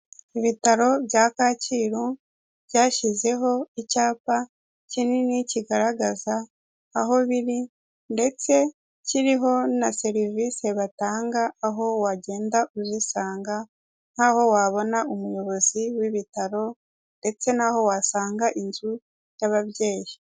Ibitaro bya Kacyiru byashyizeho icyapa kinini kigaragaza aho biri ndetse kiriho na serivisi batanga, aho wagenda uzisanga nk'aho wabona umuyobozi w'ibitaro ndetse naho wasanga inzu y'ababyeyi.